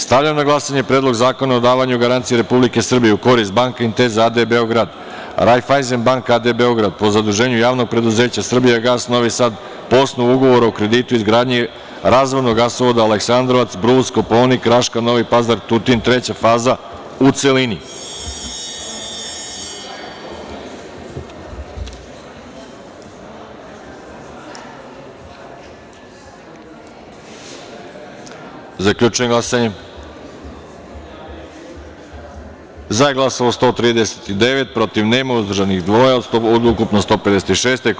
Stavljam na glasanje Predlog zakona o davanju garancije Republike Srbije u korist Bance Intesa a.d. Beograd i Raiffeisen Banka a.d po zaduženju Javnog preduzeća „Srbijagas“ Novi Sad, po osnovu ugovora o kreditu za izgradnju razvodnog gasovoda Aleksandrovac – Brus – Kopaonik – Raška – Novi Pazar – Tutin (III faza), u celini Zaključujem glasanje: za -139, protiv – niko, uzdržanih – dva, od ukupno 156 narodna poslanika.